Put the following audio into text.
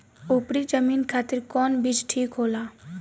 उपरी जमीन खातिर कौन बीज ठीक होला?